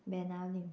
Benaulim